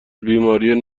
بیماری